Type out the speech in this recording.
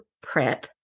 prep